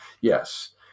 Yes